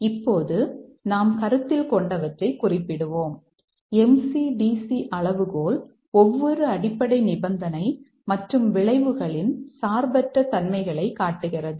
இப்போது நாம் கருத்தில் கொண்டவற்றை குறிப்பிடுவோம் MC DC அளவுகோல் ஒவ்வொரு அடிப்படை நிபந்தனை மற்றும் விளைவுகளின் சார்பற்ற தன்மைகளை காட்டுகிறது